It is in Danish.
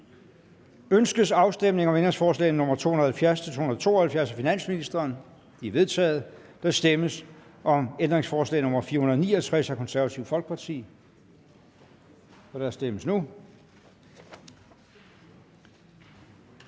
Ønskes afstemning om ændringsforslag nr. 270-272 af finansministeren? De er vedtaget. Der stemmes om ændringsforslag nr. 469 af Det Konservative Folkeparti, og der stemmes nu.